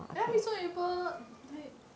then I meet so many people like